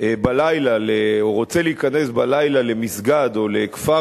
בלילה או רוצה להיכנס בלילה למסגד או לכפר